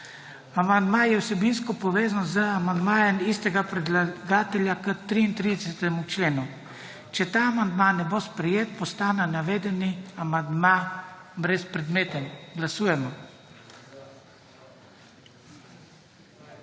Amandma je vsebinsko povezan z amandmajem istega predlagatelja za novi 71.b do 71.e člene. Če ta amandma ne bo sprejet postane navedeni amandma brezpredmeten. Glasujemo.